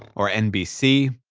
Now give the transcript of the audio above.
or nbc